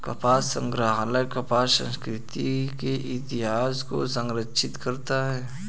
कपास संग्रहालय कपास संस्कृति के इतिहास को संरक्षित करता है